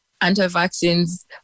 anti-vaccines